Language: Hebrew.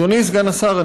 אדוני סגן השר,